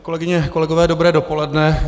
Kolegyně, kolegové dobré dopoledne.